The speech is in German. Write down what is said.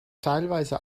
teilweise